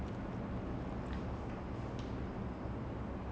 I don't think I sat down and watched the entire tamil tamil problem two